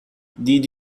did